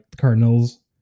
cardinals